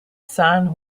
san